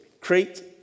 create